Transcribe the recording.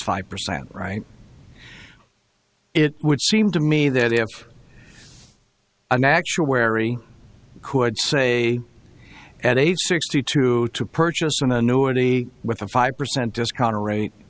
five percent right it would seem to me that if an actuary could say at age sixty two to purchase an annuity with a five percent discount rate